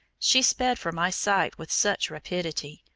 she sped from my sight with such rapidity,